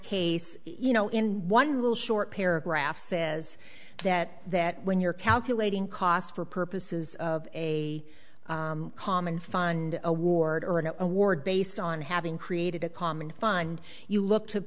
case you know in one little short paragraph says that that when you're calculating cost for purposes of a common fund award or an award based on having created a common fund you look to